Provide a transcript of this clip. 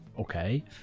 okay